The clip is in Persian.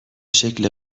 شکل